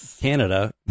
canada